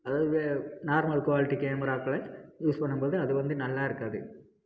அதாவது normal quality கேமராக்களை use பண்ணும் போது அதுவந்து நல்லா இருக்காது